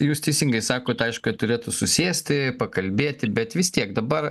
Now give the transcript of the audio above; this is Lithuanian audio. jūs teisingai sakot aišku turėtų susėsti pakalbėti bet vis tiek dabar